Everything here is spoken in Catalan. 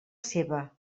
seva